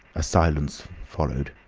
a silence followed.